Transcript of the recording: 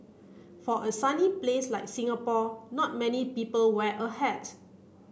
for a sunny place like Singapore not many people wear a hat